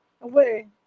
away